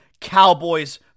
Cowboys